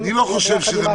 אני לא חושב שזה